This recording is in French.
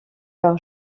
par